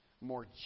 more